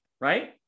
right